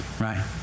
right